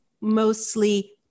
mostly